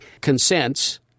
consents